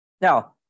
Now